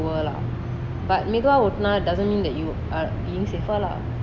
but மெதுவா ஓட்டுன:meathuva ootuna doesn't mean that you~ are being safer lah